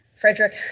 Frederick